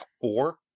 Four